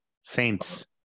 Saints